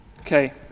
Okay